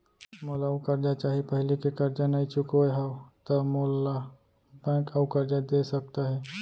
मोला अऊ करजा चाही पहिली के करजा नई चुकोय हव त मोल ला बैंक अऊ करजा दे सकता हे?